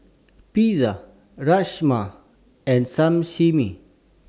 Pizza Rajma and Sashimi